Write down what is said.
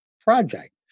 project